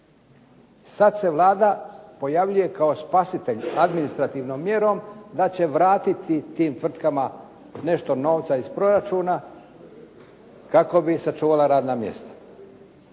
Sad se Vlada pojavljuje kao spasitelj administrativnom mjerom da će vratiti tim tvrtkama nešto novca iz proračuna kako bi sačuvala radna mjesta.